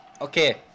Okay